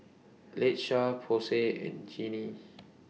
Latesha Posey and Jinnie